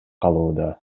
калууда